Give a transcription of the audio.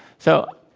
so,